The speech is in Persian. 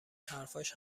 حرفاش